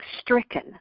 Stricken